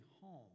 home